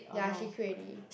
ya she quit already